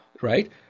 right